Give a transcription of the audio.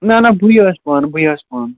نہَ نہَ بٕے آسہٕ پانہٕ بٕے آسہٕ پانہٕ